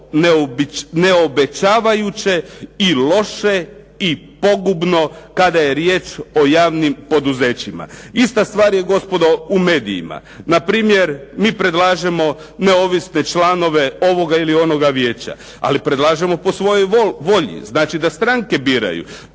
neobećavajuće i loše i pogubno kada je riječ o javnim poduzećima. Ista stvar je gospodo u medijima. Na primjer, mi predlažemo neovisne članove ovoga ili onoga vijeća, ali predlažemo po svojoj volji, znači da stranke biraju.